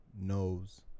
knows